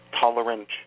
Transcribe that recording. tolerant